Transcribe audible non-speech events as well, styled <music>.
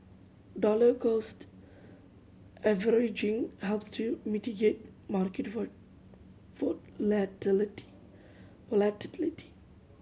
dollar cost averaging helps to mitigate market <unintelligible> volatility